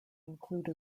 include